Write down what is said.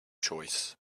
choice